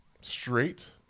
straight